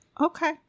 Okay